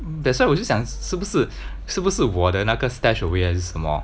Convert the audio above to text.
that's why 我就想是不是是不是我的那个 stash away 还是什么